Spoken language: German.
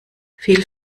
viel